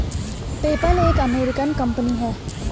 PayPal एक American company है